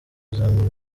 kuzamura